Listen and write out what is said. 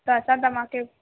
त असां तव्हांखे